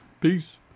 Peace